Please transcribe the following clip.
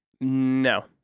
No